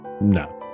no